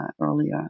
earlier